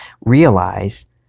realize